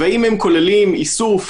והאם הם כוללים איסוף,